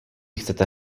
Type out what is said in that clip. chcete